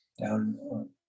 down